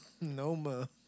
NOMA